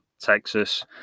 texas